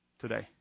today